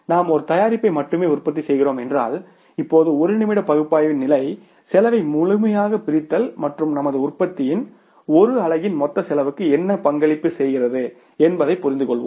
நாம் ஒரு தயாரிப்பை மட்டுமே உற்பத்தி செய்கிறோம் என்றால் இப்போது நிமிட பகுப்பாய்வின் நிலை செலவை முழுமையாகப் பிரித்தல் மற்றும் நமது உற்பத்தியின் 1 அலகின் மொத்த செலவுக்கு என்ன பங்களிப்பு செய்கிறது என்பதைப் புரிந்துகொள்வோம்